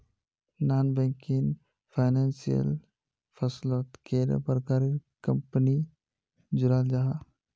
Non banking financial फसलोत कैडा प्रकारेर कंपनी जुराल जाहा?